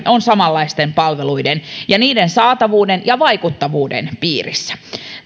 on samanlaisten palveluiden ja niiden saatavuuden ja vaikuttavuuden piirissä